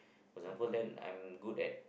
for example then I'm good at